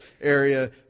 area